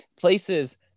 Places